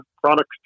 products